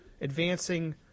advancing